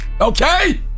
Okay